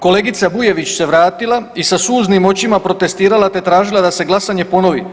Kolegica Bujević se vratila i sa suznim očima protestirala, te tražila da se glasanje ponovi.